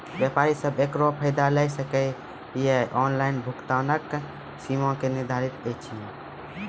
व्यापारी सब एकरऽ फायदा ले सकै ये? ऑनलाइन भुगतानक सीमा की निर्धारित ऐछि?